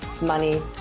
money